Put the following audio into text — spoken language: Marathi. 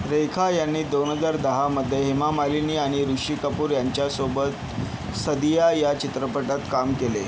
रेखा यांनी दोन हजार दहामध्ये हेमा मालिनी आणि ऋषी कपूर यांच्यासोबत सदिया या चित्रपटात काम केले